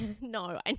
no